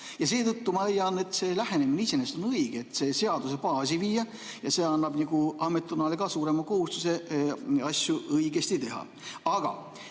Seetõttu ma leian, et see lähenemine iseenesest on õige, see seadusebaasi viia. See annab ametkonnale ka suurema kohustuse asju õigesti teha.